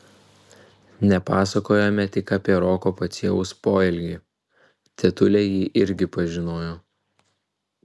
nepasakojome tik apie roko pociejaus poelgį tetulė jį irgi pažinojo